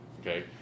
Okay